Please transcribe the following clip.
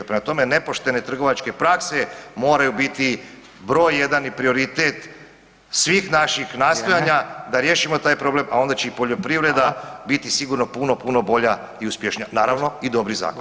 Prema tome, nepoštene trgovačke prakse moraju biti broj jedan i prioritet svih naših nastojanja da riješimo taj problem, a onda će i poljoprivreda biti sigurno puno, puno bolja i uspješnija, naravno i dobri zakoni.